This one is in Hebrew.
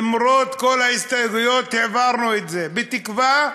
למרות כל ההסתייגויות העברנו את זה, בתקווה,